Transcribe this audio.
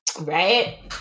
right